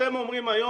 אתם אומרים היום: